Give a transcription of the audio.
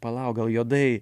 palauk gal juodai